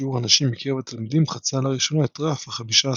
שיעור הנשים מקרב התלמידים חצה לראשונה את רף ה-15%.